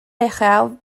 uchel